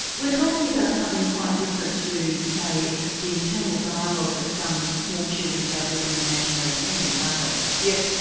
we're talking about something quite different to say the internal dialogue that some small children have with an imaginary friend, aren't we? yes,